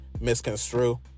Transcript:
misconstrue